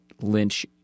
Lynch